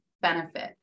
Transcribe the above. Benefit